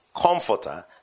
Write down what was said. comforter